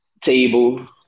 table